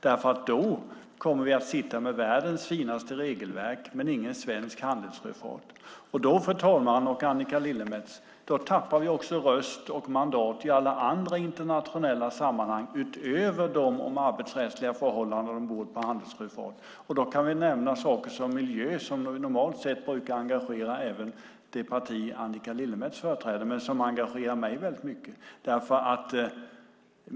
Annars kommer vi att sitta med världens finaste regelverk men ingen svensk handelssjöfart. Och då, fru talman och Annika Lillemets, tappar vi röst och mandat i alla andra internationella sammanhang utöver dem om arbetsrättsliga förhållanden ombord på handelsfartyg. Jag kan nämna saker som miljö som normalt sätt brukar engagera även det parti som Annika Lillemets företräder och som engagerar mig väldigt mycket.